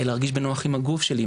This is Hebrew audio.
להרגיש בנוח עם הגוף שלי,